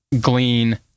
glean